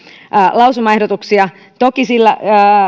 lausumaehdotuksia toki sillä